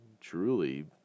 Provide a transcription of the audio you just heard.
truly